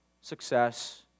success